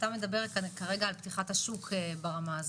אתה מדבר איתנו כרגע על פתיחת השוק ברמה הזאת.